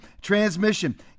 transmission